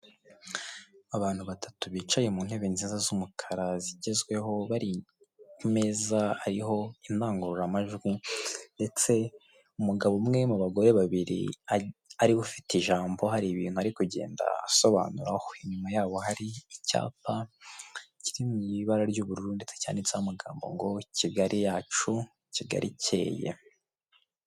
Abantu batatu bicaye mu ntebe nziza z'umukara zigezweho bari meza ariho indangururamajwi ndetse umugabo umwe mu bagore babiri ariwe ufite ijambo hari ibintu ari kugenda abasobanura, aho inyuma ye hari icyapa kiri mu ibara ry'ubururu ndetse cyanditseho amagambo ngo"Kigali yacu Kigali ikeya.